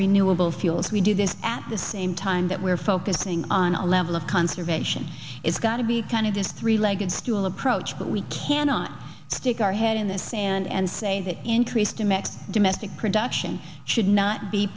renewable fuels we do this at the same time that we're focusing on a level of conservation it's got to be kind of the three legged stool approach but we cannot stick our head in the sand and say that increased in mex domestic production should not be